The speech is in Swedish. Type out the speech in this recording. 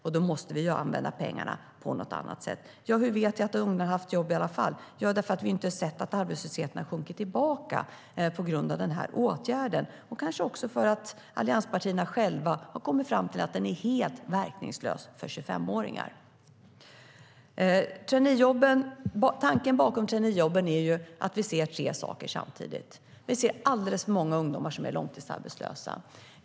Därmed måste vi använda pengarna på något annat sätt. Tanken bakom traineejobben är att de omfattar tre saker, vilka vi ser samtidigt. Vi ser alldeles för många ungdomar som är långtidsarbetslösa.